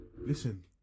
listen